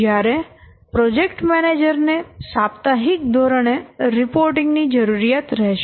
જ્યારે project manager ને સાપ્તાહિક ધોરણે રિપોર્ટિંગ ની જરૂરિયાત રહેશે